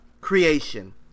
creation